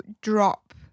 drop